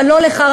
אבל לא לחרמות,